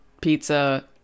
pizza